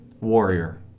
Warrior